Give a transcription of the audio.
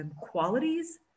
qualities